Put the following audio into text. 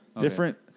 Different